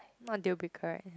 what deal breaker right